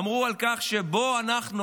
אמרו על כך: בואו אנחנו